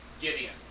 Gideon